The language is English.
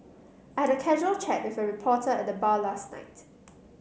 I had a casual chat with a reporter at the bar last night